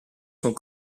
sont